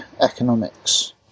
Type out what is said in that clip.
economics